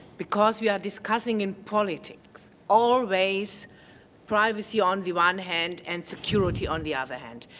because we are discussing in politics always privacy on the one hand and security on the other hand.